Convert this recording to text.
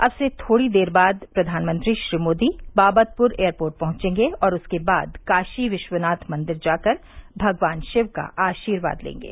अब से थोड़ी ही देर बाद प्रधानमंत्री श्री मोदी बाबतपुर एयरपोर्ट पहंचेंगे और उसके बाद काशी विश्वनाथ मंदिर जाकर भगवान शिव का आशीर्वाद लेंगे